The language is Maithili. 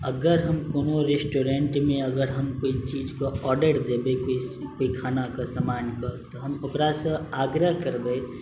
अगर हम कोनो रेस्टोरेंटमे अगर हम कोइ चीजके ऑर्डर देबै कोइ खानाके सामानके तऽ हम ओकरासँ आग्रह करबै